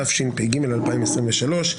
התשפ"ג-2023,